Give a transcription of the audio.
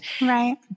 Right